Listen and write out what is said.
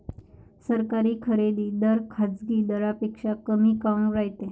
सरकारी खरेदी दर खाजगी दरापेक्षा कमी काऊन रायते?